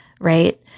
right